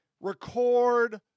record